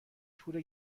تور